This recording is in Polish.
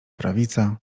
prawica